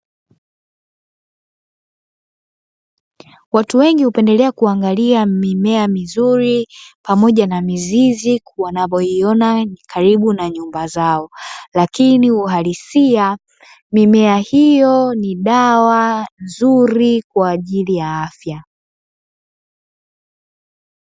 Watu wengi hupendelea kuangalia mimea mizuri, pamoja na mizizi wanavyoiona karibu na nyumba zao, lakini uhalisia mimea hiyo ni dawa nzuri kwa ajili ya afya.